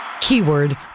keyword